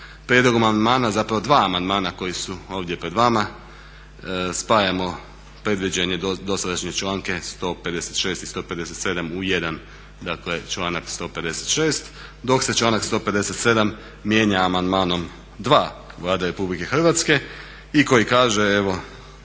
prijedlogom amandmana zapravo dva amandmana koji su ovdje pred vama spajamo … dosadašnje članke 156. i 157. u jedan dakle članak 156., dok se članak 157. mijenja amandmanom 2 Vlade Republike Hrvatske i koji kaže evo,